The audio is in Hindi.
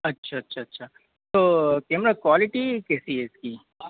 अच्छा अच्छा अच्छा तो कैमरा क्वालिटी कैसी है इसकी